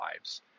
lives